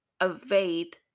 evade